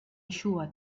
eixuga